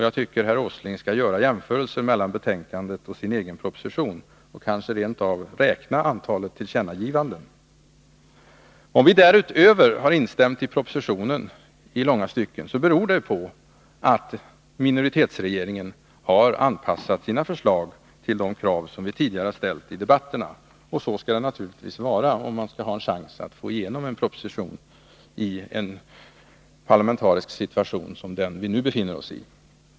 Jag tycker herr Åsling skall göra jämförelser mellan betänkandet och sin egen proposition, och kanske rent av räkna antalet tillkännagivanden. Om vi därutöver har instämt i propositionen i långa stycken, beror det på att minoritetsregeringen har anpassat sina förslag till de krav som vi tidigare har ställt i debatterna. Det skall naturligtvis vara på det sättet om man skall ha en chans att få igenom en proposition i en sådan parlamentarisk situation som den vi nu befinner oss i.